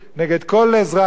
נגד כל אזרח,